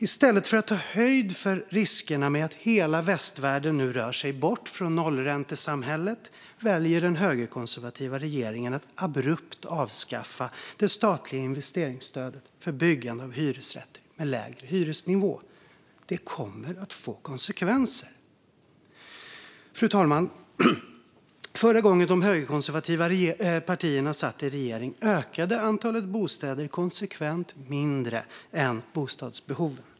I stället för att ta höjd för riskerna med att hela västvärlden nu rör sig bort från nollräntesamhället väljer den högerkonservativa regeringen att abrupt avskaffa det statliga investeringsstödet för byggande av hyresrätter med lägre hyresnivå. Det kommer att få konsekvenser. Fru talman! Förra gången som de högerkonservativa partierna satt i regering ökade antalet bostäder konsekvent mindre än bostadsbehoven.